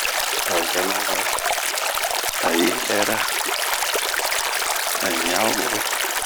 A vɛɛ ma wa a yi hɛra, a ɲian o ma'o.